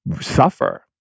suffer